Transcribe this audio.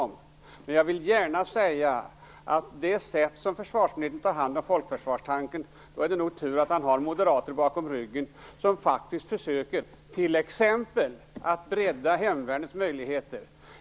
Men jag vill gärna säga, att med det sätt som försvarsministern tar hand om folkförsvarstanken på är det tur att han har moderater bakom ryggen, som försöker t.ex. bredda hemvärnets möjligheter.